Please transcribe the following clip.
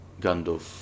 Gandalf